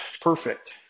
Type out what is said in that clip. perfect